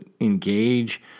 engage